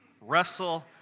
Wrestle